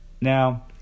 Now